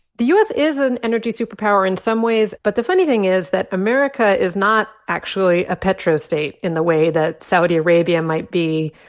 the u s. is an energy superpower in some ways. but the funny thing is, is that america is not actually a petrostate in the way that saudi arabia might be.